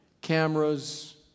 cameras